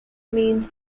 means